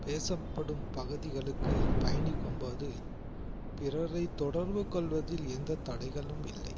பேசப்படும் பகுதிகளுக்கு பயணிக்கும்போது பிறரைத் தொடர்பு கொள்வதில் எந்தத் தடைகளும் இல்லை